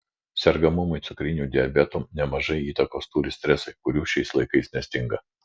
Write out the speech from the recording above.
sergamumui cukriniu diabetu nemažai įtakos turi stresai kurių šiais laikais nestinga